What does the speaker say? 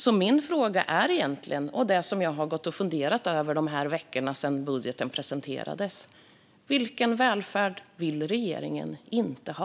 Så min fråga, som jag har gått och funderat över under de veckor som gått sedan budgeten presenterades, är: Vilken välfärd vill regeringen inte ha?